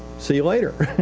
see you later.